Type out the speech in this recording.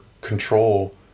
control